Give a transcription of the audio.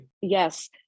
Yes